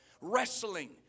Wrestling